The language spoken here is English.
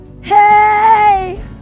Hey